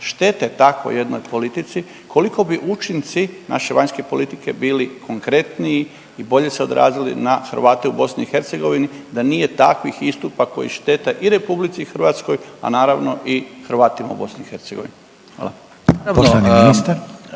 štete takvoj jednoj politici? Koliko bi učinci naše vanjske politike bili konkretniji i bolje se odrazili na Hrvate u BiH da nije takvih istupa koji štete i RH, a naravno i Hrvatima u BiH.